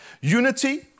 Unity